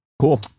cool